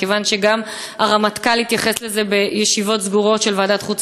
מכיוון שגם הרמטכ"ל התייחס בישיבות סגורות של ועדת החוץ